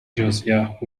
josiah